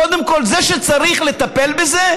קודם כול, זה שצריך לטפל בזה,